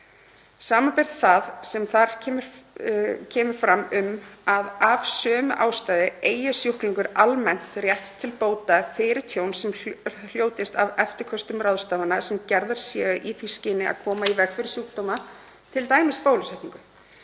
sbr. það sem þar kemur fram um að „af sömu ástæðu eigi sjúklingur almennt rétt til bóta fyrir tjón sem hljótist af eftirköstum ráðstafana sem gerðar séu í því skyni að koma í veg fyrir sjúkdóma, t.d. bólusetningu“.